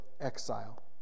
exile